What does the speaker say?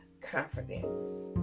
confidence